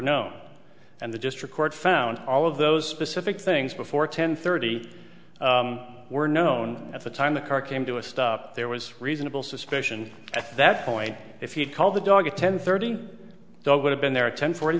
no and the district court found all of those specific things before ten thirty were known at the time the car came to a stop there was reasonable suspicion at that point if he had called the dog a ten thirty dog would have been there at ten forty